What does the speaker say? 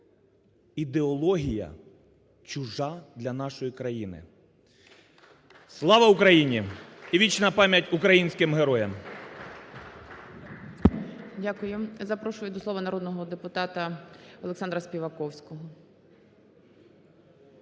ідеологія чужа для нашої країни. Слава Україні! І вічна пам'ять українським героям!